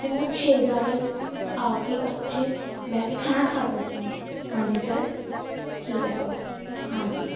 ਤੋਂ ਛੇ ਜਾਣੇ ਆ ਕੇ ਇਕੱਠੇ ਬਹਿ ਕੇ ਖਾਣਾ ਖਾ ਸਕਦੇ ਨੇ ਹਾਂਜੀ ਸਰ ਠੀਕ ਹੈ ਸਰ ਹਾਂਜੀ